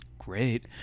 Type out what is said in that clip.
great